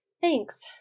Thanks